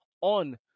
on